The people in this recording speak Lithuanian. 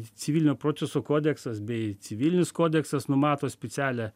civilinio proceso kodeksas bei civilinis kodeksas numato specialią